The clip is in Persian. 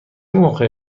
موقع